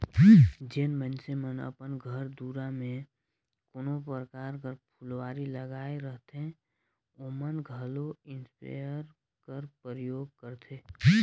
जेन मइनसे मन अपन घर दुरा में कोनो परकार कर फुलवारी लगाए रहथें ओमन घलो इस्पेयर कर परयोग करथे